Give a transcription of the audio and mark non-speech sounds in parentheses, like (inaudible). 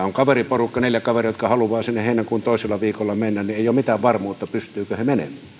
(unintelligible) on kaveriporukka neljä kaveria jotka haluavat sinne heinäkuun toisella viikolla mennä niin ei ole mitään varmuutta pystyvätkö he menemään